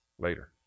later